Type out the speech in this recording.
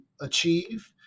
achieve